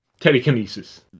telekinesis